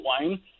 wine